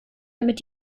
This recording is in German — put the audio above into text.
damit